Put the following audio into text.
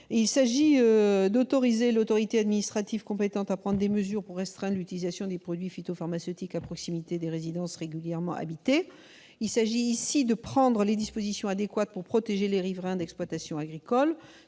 Il vise à autoriser l'autorité administrative compétente à prendre des mesures pour restreindre l'utilisation des produits phytopharmaceutiques à proximité des résidences régulièrement habitées. Il s'agit ici de prendre les dispositions adéquates pour protéger les riverains d'exploitations agricoles,